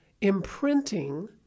imprinting